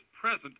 present